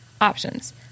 Options